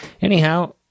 Anyhow